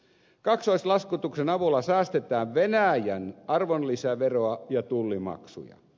kaksoislaskutuksen avulla säästetään venäjän arvonlisäveroa ja tullimaksuja